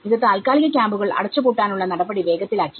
ഇത് താൽക്കാലിക ക്യാമ്പുകൾ അടച്ചുപൂട്ടാനുള്ള നടപടി വേഗത്തിലാക്കി